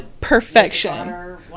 perfection